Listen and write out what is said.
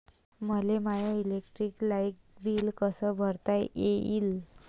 मले my electric light bill कस भरता येईल?